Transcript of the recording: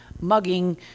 mugging